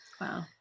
Wow